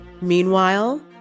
Meanwhile